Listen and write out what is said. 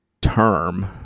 term